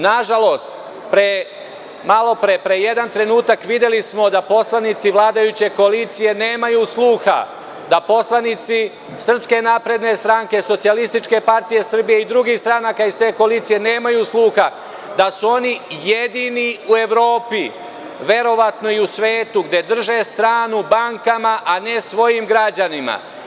Na žalost, pre jedan trenutak videli smo da poslanici vladajuće koalicije nemaju sluha, da poslanici SNS, SPS i drugih stranaka iz te koalicije nemaju sluha, da su oni jedini u Evropi, verovatno i u svetu gde drže stranu bankama, a ne svojim građanima.